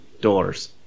doors